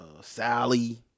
Sally